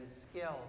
skill